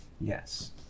Yes